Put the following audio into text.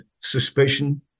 suspicion